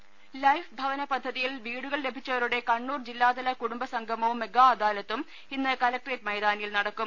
ഒരുഭ life ഭവന പദ്ധതിയിൽ വീടുകൾ ലഭിച്ചവരുടെ കണ്ണൂർ ജില്ലാതല കുടുംബ സംഗമവും മെഗാ അദാലത്തും ഇന്ന് കലക്ടറേറ്റ് മൈതാനിയിൽ നടക്കും